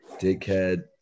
dickhead